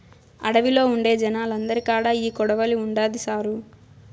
అడవిలో ఉండే జనాలందరి కాడా ఈ కొడవలి ఉండాది సారూ